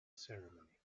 ceremony